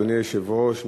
אדוני היושב-ראש,